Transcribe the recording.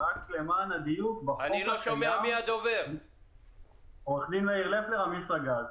ואני מופיע בתיקים האלה בבתי המשפט,